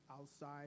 outside